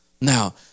Now